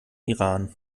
iran